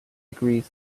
agrees